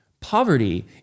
Poverty